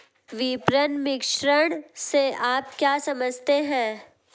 विपणन मिश्रण से आप क्या समझते हैं?